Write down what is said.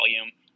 volume